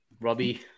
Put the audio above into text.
robbie